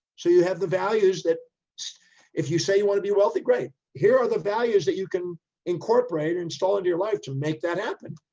so you have the values that if you say you want to be wealthy, great, here are the values that you can incorporate and install into your life to make that happen.